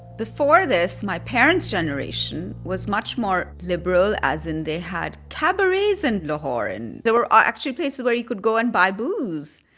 before this, my parents' generation was much more liberal, as in, they had cabarets in lahore, and there were ah actually places where you could go and buy booze.